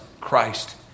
Christ